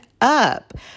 up